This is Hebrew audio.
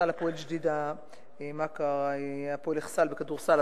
כדורסל "הפועל ג'דיידה-מכר"; "הפועל אכסאל" בכדורסל.